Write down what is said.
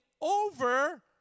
over